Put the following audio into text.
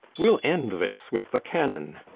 we ll end this with the cannon.